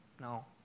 No